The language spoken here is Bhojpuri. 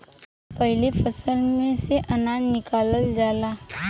पाहिले फसल में से अनाज निकालल जाला